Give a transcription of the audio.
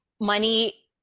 money